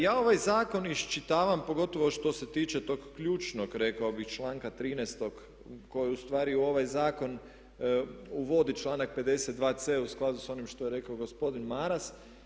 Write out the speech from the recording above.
Ja ovaj zakon iščitavam pogotovo što se tiče tog ključnog rekao bih članka 13. koji ustvari u ovaj zakon uvodi čl. 52.c u skladu s onim što je rekao gospodin Maras.